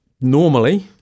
Normally